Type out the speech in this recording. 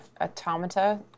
automata